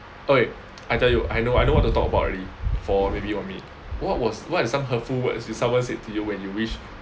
!oi! I tell you I know I what to talk about already for maybe one minute what was what is some hurtful words did someone said to you when you wish